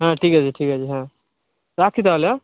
হ্যাঁ ঠিক আছে ঠিক আছে হ্যাঁ রাখছি তাহলে হ্যাঁ